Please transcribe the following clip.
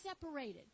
separated